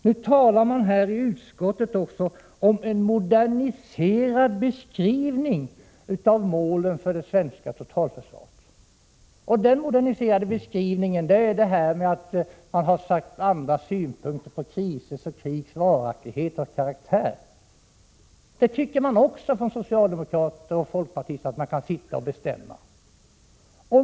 Nu talas det i utskottsbetänkandet om en moderniserad beskrivning av målen för det svenska totalförsvaret. Det gäller detta att man har andra synpunkter på krisers och krigs varaktighet och karaktär. Det tycker socialdemokrater och folkpartister också att de kan bestämma.